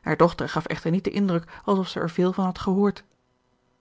haar dochter gaf echter niet den indruk alsof zij er veel van had gehoord